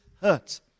hurt